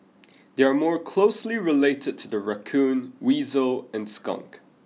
they are more closely related to the raccoon weasel and skunk